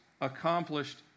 accomplished